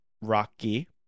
rocky